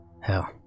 Hell